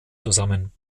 zusammen